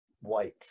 white